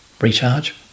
recharge